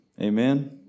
Amen